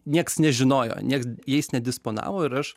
nieks nežinojo nieks jais nedisponavo ir aš